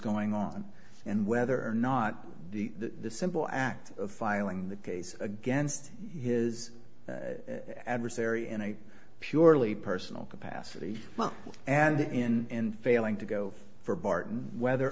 going on and whether or not the simple act of filing the case against his adversary in a purely personal capacity and in failing to go for barton whether